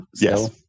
Yes